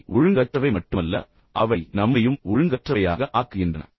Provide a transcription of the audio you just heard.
அவை ஒழுங்கற்றவை மட்டுமல்ல அவை நம்மையும் ஒழுங்கற்றவையாக ஆக்குகின்றன